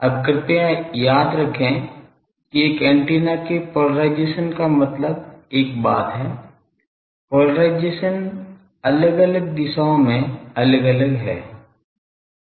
अब कृपया याद रखें कि एक एंटीना के पोलराइजेशन का मतलब एक बात है पोलराइजेशन अलग अलग दिशाओं में अलग अलग है